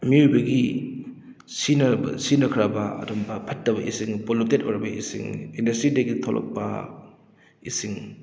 ꯃꯤꯑꯣꯏꯕꯒꯤ ꯁꯤꯖꯤꯟꯅꯈ꯭ꯔꯕ ꯑꯗꯨꯒꯨꯝꯕ ꯐꯠꯇꯕ ꯏꯁꯤꯡ ꯄꯣꯂꯨꯇꯦꯠ ꯑꯣꯏꯔꯕ ꯏꯁꯤꯡ ꯏꯟꯗꯁꯇ꯭ꯔꯤꯗꯒꯤ ꯊꯣꯛꯂꯛꯄ ꯏꯁꯤꯡ